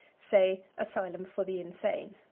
say, asylum for the insane.